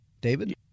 David